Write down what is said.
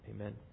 Amen